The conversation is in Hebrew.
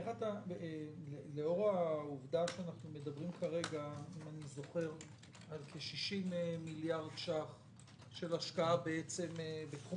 לאור העובדה שאנחנו מדברים כרגע על כ-60 מיליארד שקל של השקעה בתחום